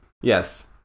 Yes